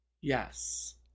Yes